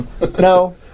No